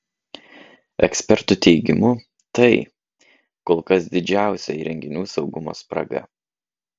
ekspertų teigimu tai kol kas didžiausia įrenginių saugumo spraga